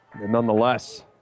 Nonetheless